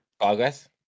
Progress